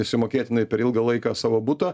išsimokėtinai per ilgą laiką savo butą